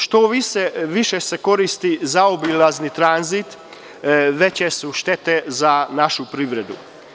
Što se više koristi zaobilazni tranzit, veće su štete za našu privredu.